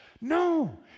No